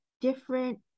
different